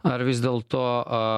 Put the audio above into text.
ar vis dėlto